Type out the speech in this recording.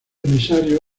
emisario